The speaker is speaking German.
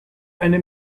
eine